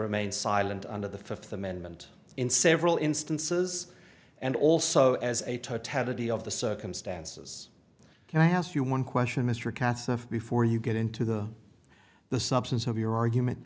remain silent under the fifth amendment in several instances and also as a totality of the circumstances can i ask you one question mr katz of before you get into the the substance of your argument